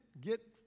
get